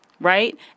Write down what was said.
Right